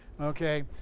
Okay